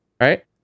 right